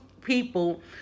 people